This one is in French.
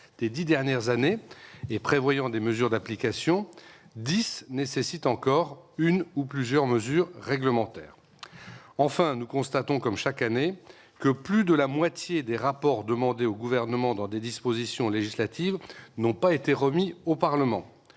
des dix dernières années et prévoyant des mesures d'application, 10 nécessitent encore une ou plusieurs mesures réglementaires. Enfin nous constatons, comme chaque année, que plus de la moitié des rapports demandés au Gouvernement dans des dispositions législatives n'ont pas été remis au Parlement.